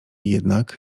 jednak